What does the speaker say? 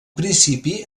principi